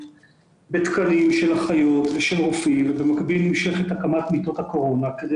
בתקנים של אחיות ושל רופאים ובמקביל נמשכת הקמת מחלקות הקורונה כדי